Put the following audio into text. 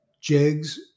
jigs